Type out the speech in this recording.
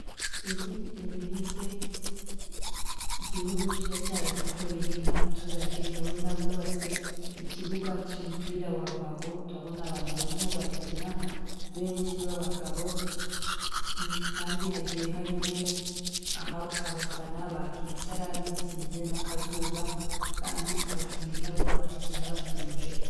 Izindi serivisi igihugu kiba cyaradukoreye nk'abaturage, urabona bubatse ikibuga cy'umupira wa ruhago, turabona abantu barimo barakina benshi b'abagabo, kandi hagiye harimo aho abafana bakicara bikinze n'akazuba, kandi abakinnyi nabo bagakina batuje.